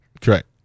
Correct